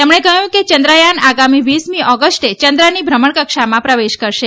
તેમણે કહ્યું કે ચંદ્રયાન આગામી વીસમી ઓગસ્ટે યંદ્રની ભ્રમણકક્ષામાં પ્રવેશ કરશે